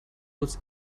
lutz